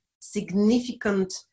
significant